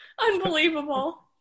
Unbelievable